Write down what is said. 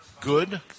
good